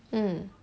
mm